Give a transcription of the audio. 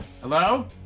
Hello